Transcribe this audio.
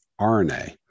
RNA